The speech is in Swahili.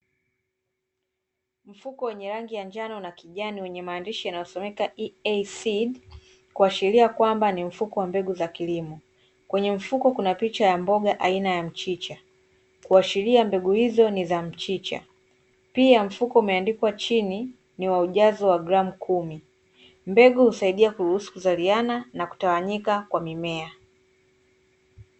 Mfuko wenye rangi ya njano na kijani wenye maandishi yanayosomeka "EASEED", kuashiria kwamba ni mfuko wa mbegu za kilimo. Kwenye mfuko kuna picha ya mboga aina ya mchicha, kuashiria mbegu hizo ni za mchicha. Pia mfuko umeandikwa chini ni wa ujazo wa gramu kumi. Mbegu husaidia kuruhusu kuzaliana na kutawanyika kwa mimea.